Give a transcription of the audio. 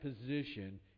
position